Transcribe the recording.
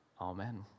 Amen